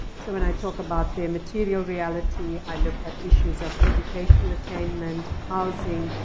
so when i talk about their material reality, i look at issues of educational attainment, housing,